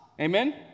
Amen